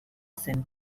zen